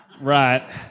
Right